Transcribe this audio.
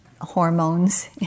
hormones